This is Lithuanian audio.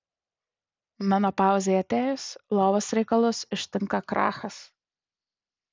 menopauzei atėjus lovos reikalus ištinka krachas